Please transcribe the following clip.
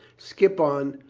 skippon,